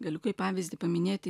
galiukui pavyzdį paminėti